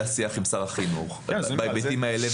היה שיח עם שר החינוך בהיבטים האלה,